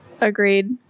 agreed